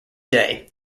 day